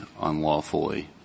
unlawfully